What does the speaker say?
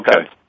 Okay